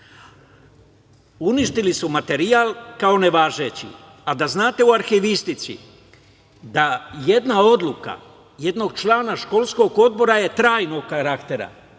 Uništili su materijal kao nevažeći. Ali, treba da znate da u arhivistici jedna odluka jednog člana školskog odbora je trajnog karaktera.